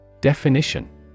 Definition